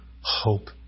hope